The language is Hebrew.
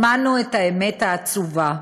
שמענו את האמת העצובה: